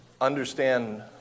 understand